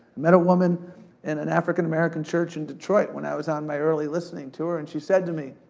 met a woman in an african american church in detroit when i was on my early listening tour. and she said to me,